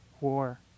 war